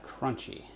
Crunchy